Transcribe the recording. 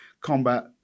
combat